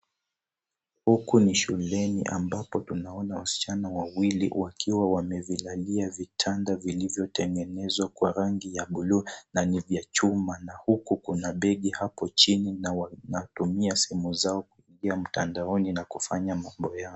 Huku ni shuleni ambapo tunaona wasichana wawili wakiwa wamevilalia vitanda vilivyotengenezewa kwa rangi ya buluu na ni vya chuma na huku kuna begi hapo chini na wanatumia simu zao kuingia mtandaoni na kufanya mambo yao.